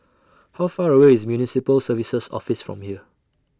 How Far away IS Municipal Services Office from here